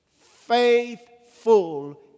Faithful